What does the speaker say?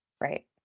Right